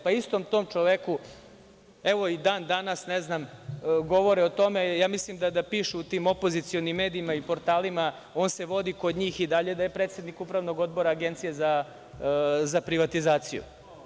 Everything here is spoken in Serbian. Pa, istom tom čoveku, evo i dan danas govore o tome, ja mislim da pišu u tim opozicionim medijima i portalima, on se vodi kod njih da je i dalje predsednik upravnog odbora Agencije za privatizaciju.